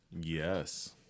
Yes